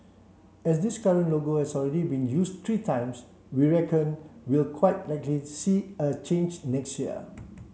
as this current logo has already been used three times we reckon we'll quite likely see a change next year